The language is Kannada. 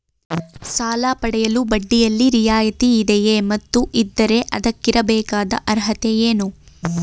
ಸಾಲ ಪಡೆಯಲು ಬಡ್ಡಿಯಲ್ಲಿ ರಿಯಾಯಿತಿ ಇದೆಯೇ ಮತ್ತು ಇದ್ದರೆ ಅದಕ್ಕಿರಬೇಕಾದ ಅರ್ಹತೆ ಏನು?